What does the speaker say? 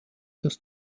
das